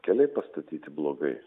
keliai pastatyti blogai